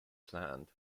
plant